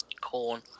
corn